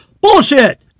Bullshit